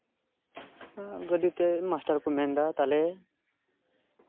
ᱜᱟᱹᱰᱤᱛᱮ ᱢᱟᱥᱴᱟᱨ ᱠᱚ ᱢᱮᱱ ᱮᱫᱟ ᱛᱟᱦᱞᱮ